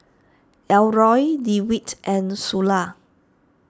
Elroy Dewitt and Sula